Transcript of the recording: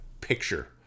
picture